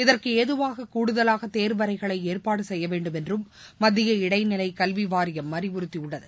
இதற்குஏதுவாக கூடுதலாகதேர்வறைகளைஏற்பாடுசெய்யவேண்டும் என்றும் மத்திய இடைநிலைகல்விவாரியம் அறிவுறுத்தியுள்ளது